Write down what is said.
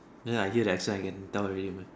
then I hear the accent I can tell already man